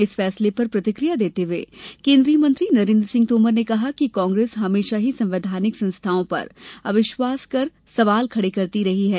इस फैसले पर प्रतिकिया देते हुए केन्द्रीय मंत्री नरेन्द्र सिंह तोमर ने कहा कि कांग्रेस हमेशा ही संवैघानिक संस्थाओं पर अविश्वास कर सवाल खड़े करते रही है